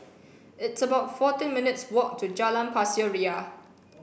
it's about fourteen minutes' walk to Jalan Pasir Ria